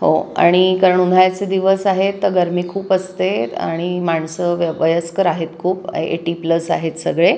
हो आणि कारण उन्हाळ्याचे दिवस आहेत तर गर्मी खूप असते आणि माणसं व्य वयस्कर आहेत खूप एटी प्लस आहेत सगळे